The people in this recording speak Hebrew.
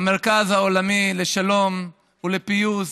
המרכז העולמי לשלום לפיוס,